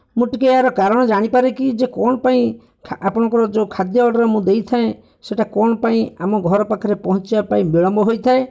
ମୁଁ ଟିକେ ଏହାର କାରଣ ଜାଣିପାରେ କି ଯେ କ'ଣ ପାଇଁ ଖା ଆପଣକର ଯୋଉ ଖାଦ୍ୟ ଅର୍ଡ଼ର୍ ମୁଁ ଦେଇଥାଏ ସେଟା କ'ଣ ପାଇଁ ଆମ ଘର ପାଖରେ ପହଁଞ୍ଚିବା ପାଇଁ ବିଳମ୍ବ ହୋଇଥାଏ